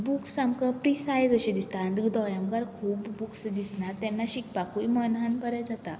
books आमकां precise अशें दिसता आनी तुका दोळ्यां मुखार बूक्स दिसना तेन्ना शिकपाकय मनान बरें जाता